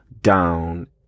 down